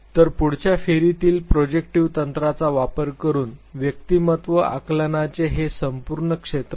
तर पुढच्या फेरीतील प्रोजेक्टिव्ह तंत्राचा वापर करून व्यक्तिमत्त्व आकलनाचे हे संपूर्ण क्षेत्र होते